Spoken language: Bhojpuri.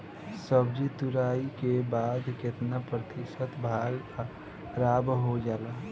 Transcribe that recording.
सब्जी तुराई के बाद केतना प्रतिशत भाग खराब हो जाला?